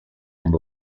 amb